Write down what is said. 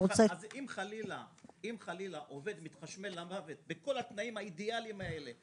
אז אם חלילה עובד מתחשמל למוות בכל התנאים האידיאלים האלה,